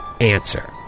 answer